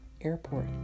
Airport